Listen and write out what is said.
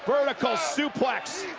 vertical suplex.